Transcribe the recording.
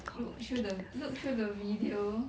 look through the look through the video